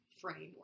framework